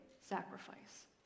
sacrifice